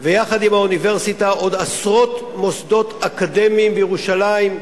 ויחד עם האוניברסיטה עוד עשרות מוסדות אקדמיים בירושלים,